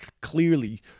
clearly